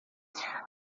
não